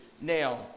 Now